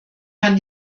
kann